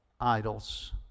idols